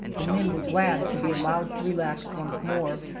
the men were glad to be allowed to relax once more.